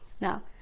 now